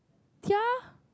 ya